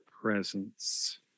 presence